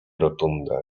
rotundę